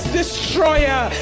destroyer